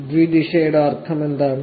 ദ്വിദിശയുടെ അർത്ഥമെന്താണ്